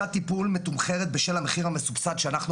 שעת טיפול מתומחרת בשל המחיר המסובסד שאנחנו